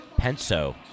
Penso